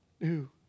new